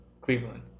Cleveland